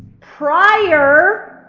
prior